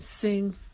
Sing